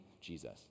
Jesus